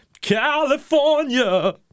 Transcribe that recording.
California